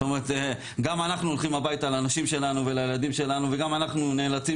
גם אנחנו הולכים הביתה לנשים שלנו ולילדים שלנו וגם אנחנו נאלצים